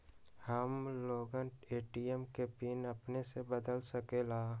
हम लोगन ए.टी.एम के पिन अपने से बदल सकेला?